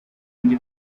ndi